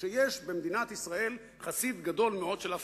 שיש במדינת ישראל חסיד גדול מאוד של הפרטה,